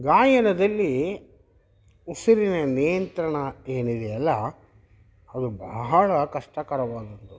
ಗಾಯನದಲ್ಲಿ ಉಸಿರಿನ ನಿಯಂತ್ರಣ ಏನಿದೆಯಲ್ಲ ಅದು ಬಹಳ ಕಷ್ಟಕರವಾದದ್ದು